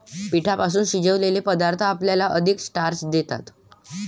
पिठापासून शिजवलेले पदार्थ आपल्याला अधिक स्टार्च देतात